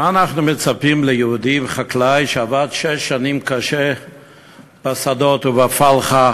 מה אנחנו מצפים מיהודי חקלאי שעבד קשה שש שנים בשדות ובפלחה